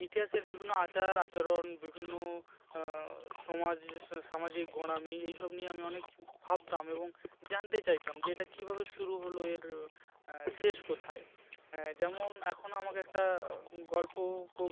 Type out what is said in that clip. ইতিহাসের বিভিন্ন আচার আচরণ বিভিন্ন সমাজ সামাজিক গোঁড়ামি এই সব নিয়ে আমি অনেক ভাবতাম এবং জানতে চাইতাম যে এটা কীভাবে শুরু হলো এর শেষ কোথায় যেমন এখনও আমাকে একটা গল্প খুব